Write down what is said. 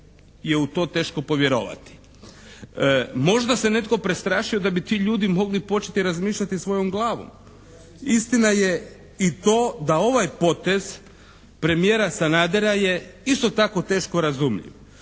je u to teško povjerovati. Možda se netko prestrašio da bi ti ljudi mogli početi razmišljati svojom glavom. Istina je i to da ovaj potez premijera Sanadera je isto tako teško razumljiv.